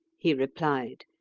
he replied,